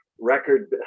record